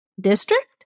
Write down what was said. district